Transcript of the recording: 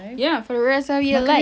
ya for the rest of your life